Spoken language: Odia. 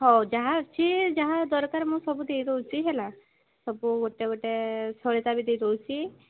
ହେଉ ଯାହା ଅଛି ଯାହା ଦରକାର ମୁଁ ସବୁ ଦେଇ ଦେଉଛି ହେଲା ସବୁ ଗୋଟେ ଗୋଟେ ସଳିତା ବି ଦେଇ ଦେଉଛି